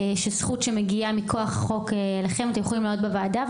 זכות שמגיעה לכם מכוח החוק אתם יכולים להעלות בוועדה,